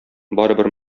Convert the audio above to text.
барыбер